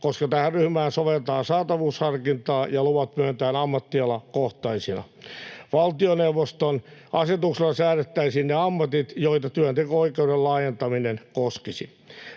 koska tähän ryhmään sovelletaan saatavuusharkintaa ja luvat myönnetään ammattialakohtaisina. Valtioneuvoston asetuksella säädettäisiin ne ammatit, joita työnteko-oikeuden laajentaminen koskisi.